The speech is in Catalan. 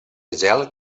gel